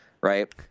right